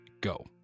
go